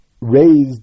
raised